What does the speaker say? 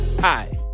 Hi